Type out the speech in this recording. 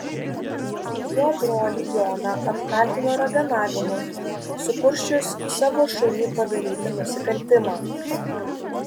jo brolį joną apkaltino raganavimu sukursčius savo šunį padaryti nusikaltimą